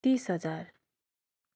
तिस हजार